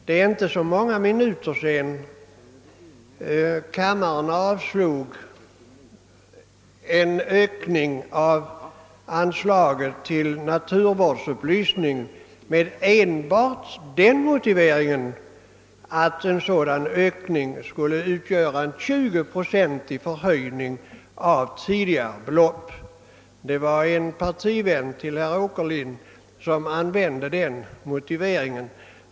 Det är inte många minuter sedan kammaren avslog en föreslagen ökning av anslaget till naturvårdsupplysningen med den motiveringen, att förslaget innebär en ökning med 20 procent av tidigare belopp. Det var en av herr Åkerlinds partivänner som anförde det motivet för avslag.